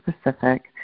specific